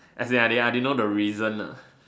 as in I didn't I didn't I didn't know the reason